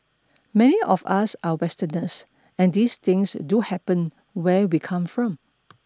many of us are Westerners and these things do happen where we come from